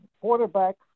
quarterback